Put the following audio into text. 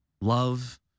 love